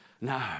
no